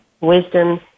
wisdom